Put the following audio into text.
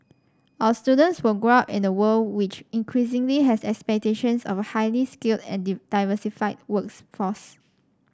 our students will grow up in the world which increasingly has expectations of a highly skilled and did diversified works force